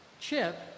Chip